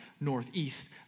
northeast